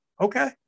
Okay